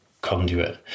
conduit